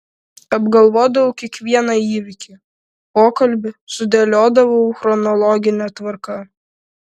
apgalvodavau kiekvieną įvykį pokalbį sudėliodavau chronologine tvarka